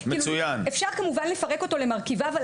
אפשר כמובן לפרק אותו למרכיביו.